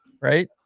right